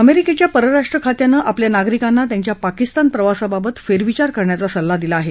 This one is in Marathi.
अमेरिकेच्या परराष्ट्र खात्यानं आपल्या नागरिकांना त्यांच्या पाकिस्तान प्रवासाबाबत फेरविचार करण्याचा सल्ला दिला आहे